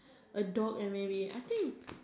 a dog and maybe I think